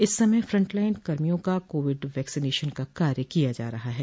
इस समय front line कर्मियों को कोविड वैक्सीनेशन का कार्य किया जा रहा है